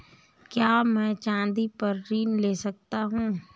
क्या मैं चाँदी पर ऋण ले सकता हूँ?